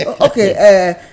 Okay